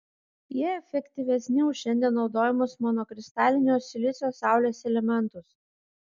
jie efektyvesni už šiandien naudojamus monokristalinio silicio saulės elementus